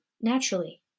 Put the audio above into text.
naturally